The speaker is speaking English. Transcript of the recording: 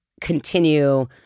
continue